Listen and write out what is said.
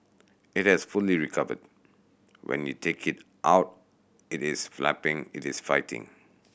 it has fully recovered when you take it out it is flapping it is fighting